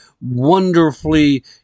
wonderfully